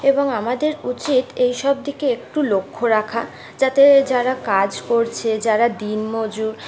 এবং আমাদের উচিত এইসব দিকে একটু লক্ষ্য রাখা যাতে যারা কাজ করছে যারা দিন মজুর